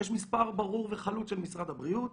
יש מספר ברור וחלוט של משרד הבריאות.